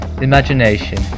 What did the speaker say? imagination